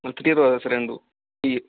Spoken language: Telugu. త్రీ రోజెస్ రెండు టీ